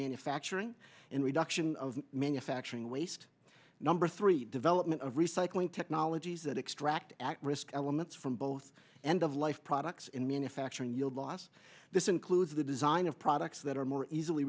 manufacturing in reduction of manufacturing waste number three development of recycling technologies that extract ak risk elements from both end of life products in manufacturing yield loss this includes the design of products that are more easily